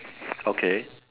okay